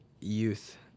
youth